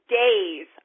days